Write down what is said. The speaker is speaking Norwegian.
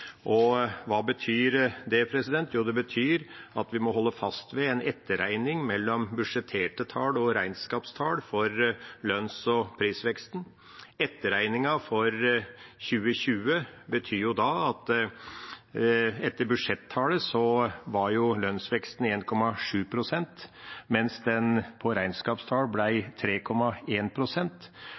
Jo, det betyr at vi må holde fast ved en etterregning mellom budsjetterte tall og regnskapstall for lønns- og prisveksten. Etterregningen for 2020 betyr at etter budsjettall var lønnsveksten 1,7 pst., mens den på regnskapstall